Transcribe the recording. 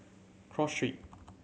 Cross Street